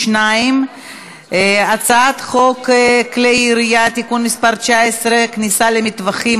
2. הצעת חוק כלי הירייה (תיקון מס' 19) (כניסה למטווחים),